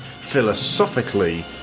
philosophically